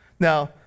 Now